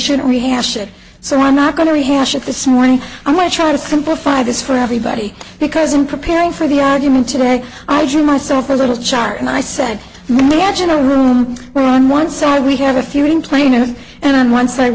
shouldn't rehash it so i'm not going to rehash it this morning i'm going to try to simplify this for everybody because in preparing for the argument today i drew myself a little chart and i said the edge in a room where on one side we have a few in plano and on one side